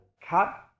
cut